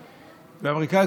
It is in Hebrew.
והאמריקאים,